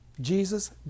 Jesus